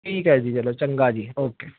ਠੀਕ ਹੈ ਜੀ ਚਲੋ ਚੰਗਾ ਜੀ ਓਕੇ